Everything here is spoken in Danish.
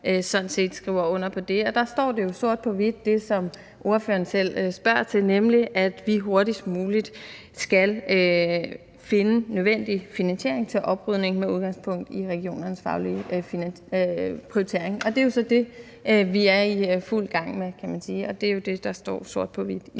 der står det jo sort på hvidt, altså det, som ordføreren spørger til, nemlig at vi hurtigst muligt skal finde den nødvendige finansiering til oprydning med udgangspunkt i regionernes faglige prioritering. Og det er så det, vi er i fuld gang med, kan man sige, og det er jo det, der står sort på hvidt i